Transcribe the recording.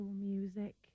music